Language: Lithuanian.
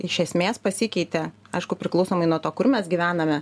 iš esmės pasikeitė aišku priklausomai nuo to kur mes gyvename